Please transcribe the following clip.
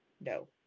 No